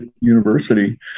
university